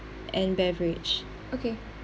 and beverage okay